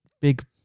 big